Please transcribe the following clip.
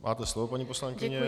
Máte slovo, paní poslankyně.